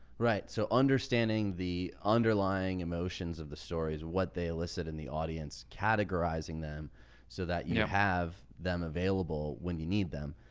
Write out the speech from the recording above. right? so understanding the underlying emotions of the stories, what they elicit in the audience, categorizing them so that you have them available when you need them,